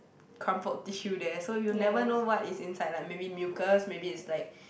crumpled tissue there so you'll never know what is inside like maybe mucus maybe is like